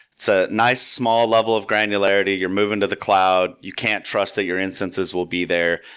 it's a nice small level of granularity. you're moving to the cloud. you can't trust that your instances will be there.